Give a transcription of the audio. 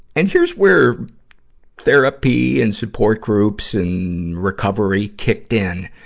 and here's where therapy and support groups and recovery kicked in.